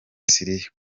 siriya